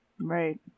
Right